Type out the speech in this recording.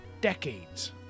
decades